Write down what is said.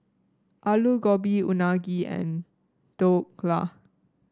Alu Gobi Unagi and Dhokla